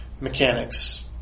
mechanics